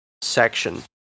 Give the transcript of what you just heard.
section